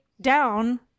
down